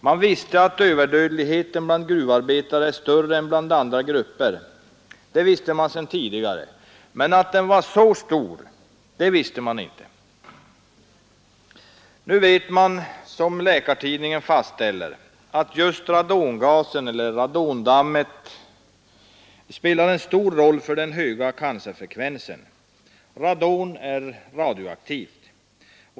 Man visste sedan tidigare att överdödligheten är större bland gruvarbetare än i andra grupper, men att den var så stor visste man inte. Nu vet man, som Läkartidningen fastställer, att just radongasen eller radondammet spelar en stor roll för denna höga cancerfrekvens. Radon är radioaktivt.